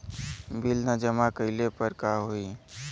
Bill न जमा कइले पर का होई?